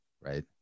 right